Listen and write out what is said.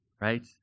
right